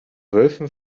wölfen